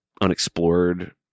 unexplored